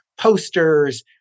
posters